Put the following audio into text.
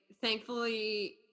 thankfully